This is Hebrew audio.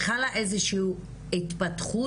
כדי שאנחנו לא נמצא את עצמנו מפוזרות ועושות איזה שהיא עבודה.